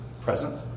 present